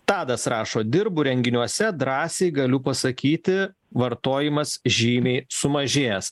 tadas rašo dirbu renginiuose drąsiai galiu pasakyti vartojimas žymiai sumažėjęs